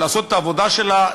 לעשות את העבודה שלה,